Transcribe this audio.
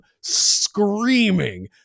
screaming